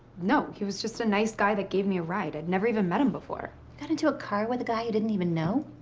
no. he was just a nice guy that gave me a ride. i'd never even met him before. you got into a car with a guy you didn't even know?